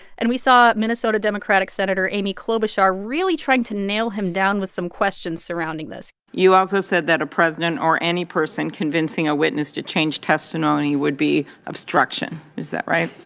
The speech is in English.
and we saw minnesota democratic senator amy klobuchar really trying to nail him down with some questions surrounding this you also said that a president or any person convincing a witness to change testimony would be obstruction. is that right?